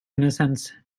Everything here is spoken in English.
innocence